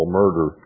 murder